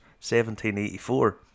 1784